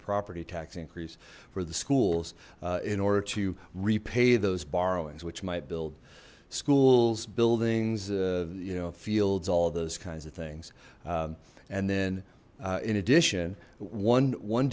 property tax increase for the schools in order to repay those borrowings which might build schools buildings you know fields all those kinds of things and then in addition one one